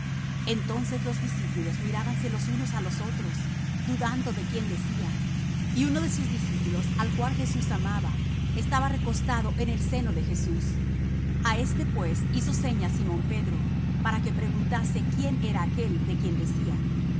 entonces los discípulos mirábanse los unos á los otros dudando de quién decía y uno de sus discípulos al cual jesús amaba estaba recostado en el seno de jesús a éste pues hizo señas simón pedro para que preguntase quién era aquél de quien decía